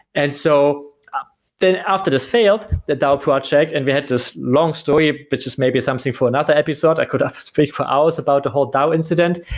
and so um then after this failed, the dao project have and but had this long story, which is maybe something for another episode. i could speak for hours about the whole dao incident.